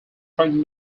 printed